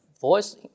voice